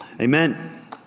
Amen